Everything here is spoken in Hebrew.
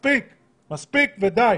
- מספיק ודי.